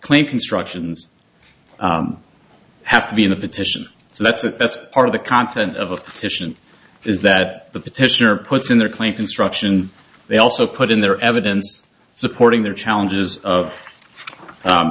claim constructions have to be in a petition so that's it that's part of the content of a titian is that the petitioner puts in their claim construction they also put in their evidence supporting their challengers of